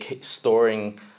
storing